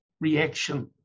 reaction